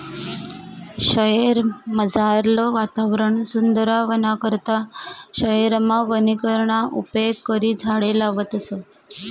शयेरमझारलं वातावरण सुदरावाना करता शयेरमा वनीकरणना उपेग करी झाडें लावतस